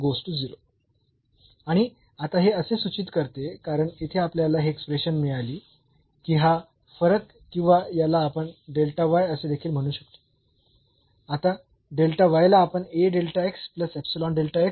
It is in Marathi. अणि आता हे असे सूचित करते कारण येथे आपल्याला हे एक्सप्रेशन मिळाली की हा फरक किंवा याला आपण असे देखील म्हणू शकतो